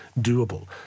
doable